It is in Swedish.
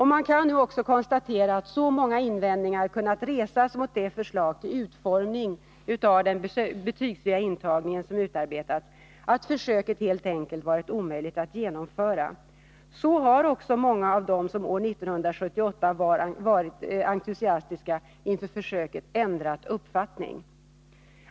Man kan nu också konstatera att så många invändningar kunnat resas mot det förslag till utformning av den betygsfria intagningen som utarbetats att försöket helt enkelt varit omöjligt att genomföra. Därför har också många av dem som år 1978 var entusiastiska inför försöket ändrat uppfattning.